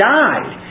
died